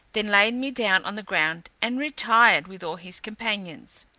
then laid me down on the ground, and retired with all his companions.